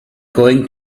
going